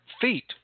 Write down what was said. feet